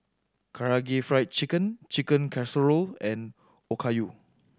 Karaage Fried Chicken Chicken Casserole and Okayu